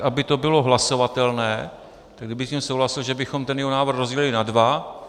Aby to bylo hlasovatelné, tak kdyby s tím souhlasil, že bychom ten jeho návrh rozdělili na dva.